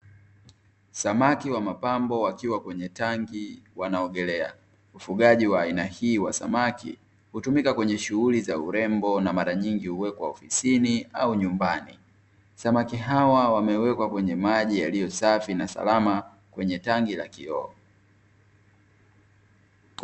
Samaki wa mapambo wakiwa kwenye tanki wanaogelea. Ufugaji wa aina hii wa samaki hutumika kwenye shughuli za urembo na mara nyingi huwekwa ofisini au nyumbani. Samaki hawa wamewekwa kwenye maji yaliyo safi na salama kwenye tanki la kioo.